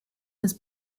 des